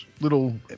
little